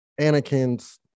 Anakin's